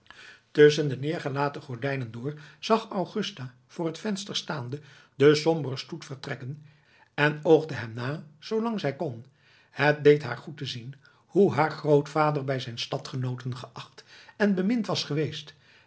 tusschen de neergelaten gordijnen door zag augusta voor t venster staande den somberen stoet vertrekken en oogde hem na zoolang zij kon het deed haar goed te zien hoe haar grootvader bij zijn stadgenooten geacht en bemind was geweest